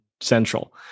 central